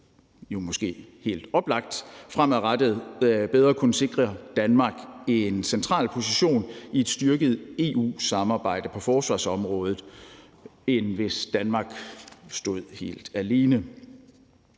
jo måske helt oplagt fremadrettet bedre kunne sikre Danmark en central position i et styrket i EU-samarbejde på forsvarsområdet, end hvis Danmark stod helt alene.